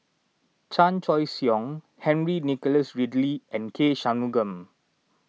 Chan Choy Siong Henry Nicholas Ridley and K Shanmugam